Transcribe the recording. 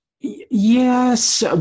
yes